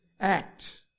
act